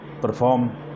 perform